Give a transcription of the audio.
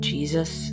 Jesus